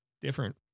different